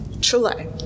Chile